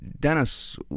Dennis